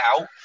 Out